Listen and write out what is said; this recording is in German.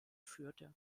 führte